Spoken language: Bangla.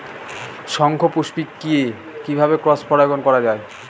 শঙ্খপুষ্পী কে কিভাবে ক্রস পরাগায়ন করা যায়?